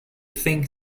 think